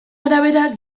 arabera